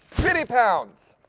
fifty pounds.